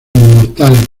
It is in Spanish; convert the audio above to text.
inmortal